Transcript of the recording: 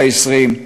בכנסת העשרים,